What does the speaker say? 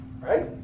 right